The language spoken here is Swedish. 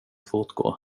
fortgå